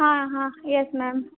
हाँ हाँ yes ma'am